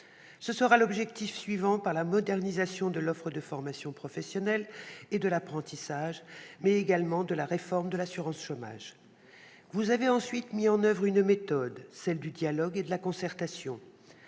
qui sera atteint grâce à la modernisation de l'offre de formation professionnelle et de l'apprentissage, mais également par le biais de la réforme de l'assurance chômage. Vous avez ensuite mis en oeuvre une méthode : celle du dialogue et de la concertation.